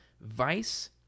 Vice